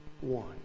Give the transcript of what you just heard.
one